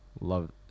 love